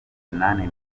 inani